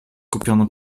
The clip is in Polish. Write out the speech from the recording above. kupiono